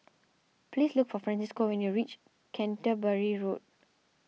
please look for Francisco when you reach Canterbury Road